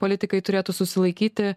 politikai turėtų susilaikyti